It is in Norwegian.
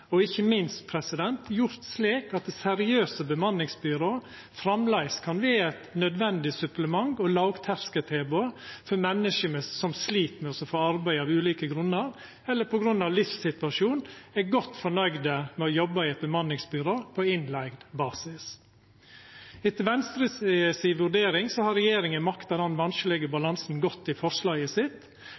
og ikkje minst slik at seriøse bemanningsbyrå framleis kan vera eit nødvendig supplement og lågterskeltilbod for menneske som slit med å få arbeid av ulike grunnar, eller som på grunn av livssituasjonen er godt fornøgde med å jobba i eit bemanningsbyrå på innleigd basis. Etter Venstres vurdering har regjeringa makta den vanskelege balansen godt i forslaget sitt